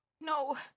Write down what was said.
No